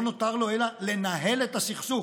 לא נותר לו אלא לנהל את הסכסוך.